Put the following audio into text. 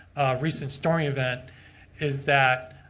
recent story of that is that.